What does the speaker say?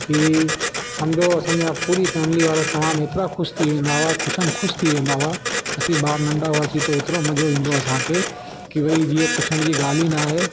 की समुझो असां जा पूरी फेमिली वारा तमामु एतिरा ख़ुशि थी वेंदा हुआ ख़ुशमि ख़ुशि थी वेंदा हुआ असीं ॿार नंढा हुआसीं त ऐतिरो मज़ो ईंदो असां खे की भई जीअं पुछण जी ॻाल्हि ई न आहे